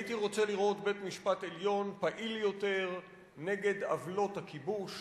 הייתי רוצה לראות בית-משפט עליון פעיל יותר נגד עוולות הכיבוש,